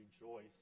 rejoice